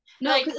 No